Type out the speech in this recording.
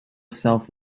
self